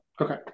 Okay